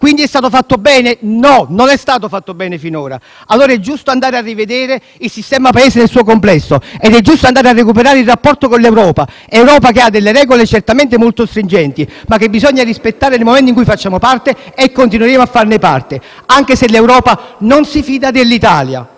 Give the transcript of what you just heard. tributi. È stato fatto bene? No, non è stato fatto bene finora. Allora è giusto andare a rivedere il sistema Paese nel suo complesso ed è giusto andare a recuperare il rapporto con l'Europa, che ha delle regole certamente molto stringenti, ma che bisogna rispettare nel momento in cui ne facciamo e continueremo a farne parte, anche se l'Europa non si fida dell'Italia